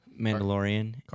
Mandalorian